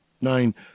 nine